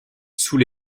sous